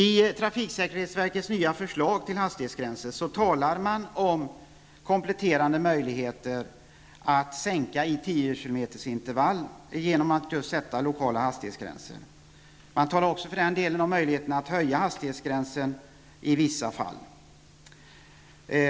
I trafiksäkerhetsverkets nya förslag till hastighetsgränser talar man om kompletterande möjligheter att sänka hastigheten i 10 kilometersintervall med hjälp av lokala hastighetsgränser. Man talar också om möjligheten att höja hastighetsgränsen i vissa fall.